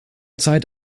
zeit